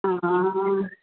অঁ